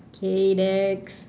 okay next